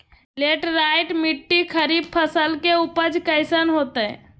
Laterite मिट्टी खरीफ फसल के उपज कईसन हतय?